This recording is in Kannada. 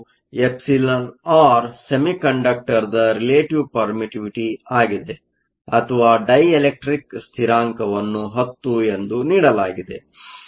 3 εr ಸೆಮಿಕಂಡಕ್ಟರ್ದ ರಿಲೆಟಿವ್ ಪರ್ಮಿಟ್ಟಿವಿಟಿ ಆಗಿದೆ ಅಥವಾ ಡೈಎಲೆಕ್ಟ್ರಿಕ್ ಸ್ಥಿರಾಂಕವನ್ನು 10 ಎಂದು ನೀಡಲಾಗಿದೆ